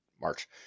March